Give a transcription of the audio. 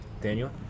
Daniel